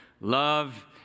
Love